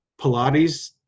Pilates